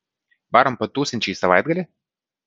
varom patūsint šį savaitgalį